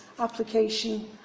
Application